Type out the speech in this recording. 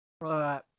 Right